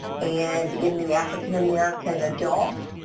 and in the african american adults,